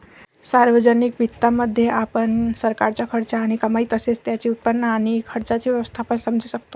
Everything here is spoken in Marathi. सार्वजनिक वित्तामध्ये, आपण सरकारचा खर्च आणि कमाई तसेच त्याचे उत्पन्न आणि खर्चाचे व्यवस्थापन समजू शकतो